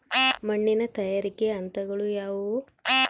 ಮಣ್ಣಿನ ತಯಾರಿಕೆಯ ಹಂತಗಳು ಯಾವುವು?